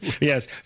Yes